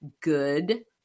good